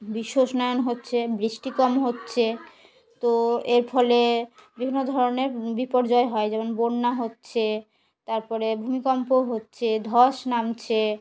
বিশ্ব উষ্ণায়ন হচ্ছে বৃষ্টি কম হচ্ছে তো এর ফলে বিভিন্ন ধরনের বিপর্যয় হয় যেমন বন্যা হচ্ছে তার পরে ভূমিকম্প হচ্ছে ধস নামছে